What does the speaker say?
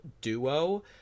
duo